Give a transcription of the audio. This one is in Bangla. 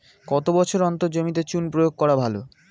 কত বছর অন্তর জমিতে চুন প্রয়োগ করা ভালো?